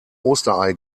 osterei